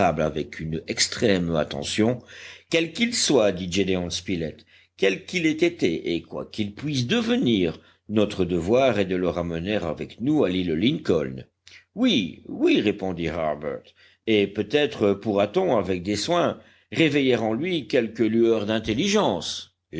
avec une extrême attention quel qu'il soit dit gédéon spilett quel qu'il ait été et quoi qu'il puisse devenir notre devoir est de le ramener avec nous à l'île lincoln oui oui répondit harbert et peut-être pourra-t-on avec des soins réveiller en lui quelque lueur d'intelligence